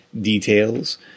details